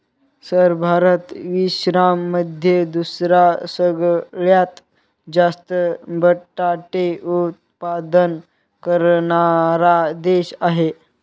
sir Bharat विश्वामध्ये दुसरा सगळ्यात जास्त बटाटे उत्पादन करणारा देश आहे